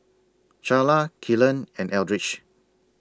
Charla Kelan and Eldridge